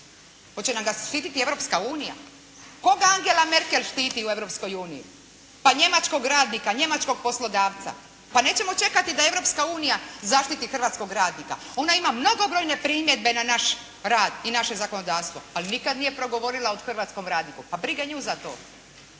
Hoće li nam ga zaštiti Europska unija. Koga Angela Merkel štiti u Europskoj uniji? Pa njemačkog radnika, njemačkog poslodavca. Pa nećemo čekati da Europska unija zaštiti hrvatskog radnik, ona ima mnogobrojne primjedbe na naš rad i naše zakonodavstvo, ali nikada nije progovorila o hrvatskom radniku. Pa briga nju za to.